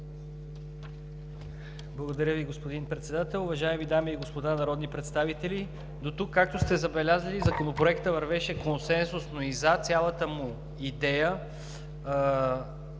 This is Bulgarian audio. Благодаря, Ви господин Председател. Уважаеми дами и господа народни представители, дотук, както сте забелязали, Законопроектът вървеше консенсусно и за цялата му идея,